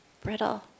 Brittle